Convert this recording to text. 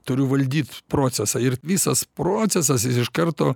turiu valdyt procesą ir visas procesas jis iš karto